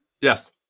Yes